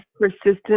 Persistent